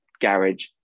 garage